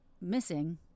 missing